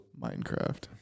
Minecraft